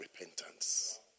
repentance